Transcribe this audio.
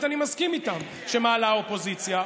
אני מסכים איתן שמעלה האופוזיציה,